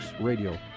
Radio